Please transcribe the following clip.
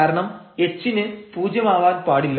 കാരണം h ന് പൂജ്യം ആവാൻ പാടില്ല